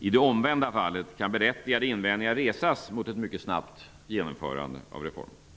I det omvända fallet kan berättigade invändningar resas mot ett mycket snabbt genomförande av reformen.